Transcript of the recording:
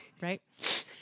right